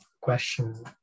question